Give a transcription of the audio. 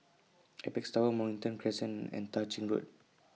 Apex Tower Mornington Crescent and Tah Ching Road